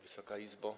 Wysoka Izbo!